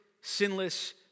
sinless